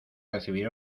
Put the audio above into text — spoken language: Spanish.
recibir